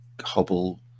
hobble